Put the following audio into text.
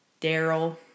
Daryl